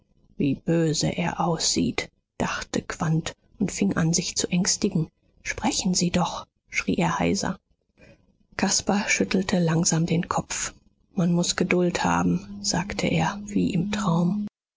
wie böse er aussieht dachte quandt und fing an sich zu ängstigen sprechen sie doch schrie er heiser caspar schüttelte langsam den kopf man muß geduld haben sagte er wie im traum